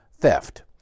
theft